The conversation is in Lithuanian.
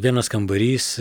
vienas kambarys